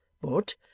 But